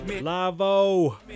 Lavo